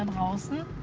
and awesome.